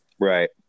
right